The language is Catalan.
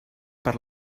per